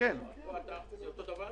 פה יעשו את אותו דבר?